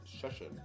session